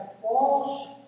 false